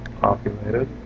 Populated